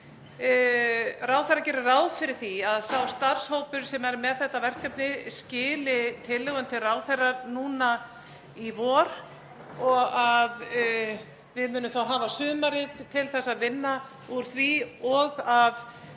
Ráðherra gerir ráð fyrir því að sá starfshópur sem er með þetta verkefni skili tillögum til ráðherra núna í vor og að við munum þá hafa sumarið til að vinna úr því og að